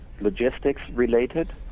logistics-related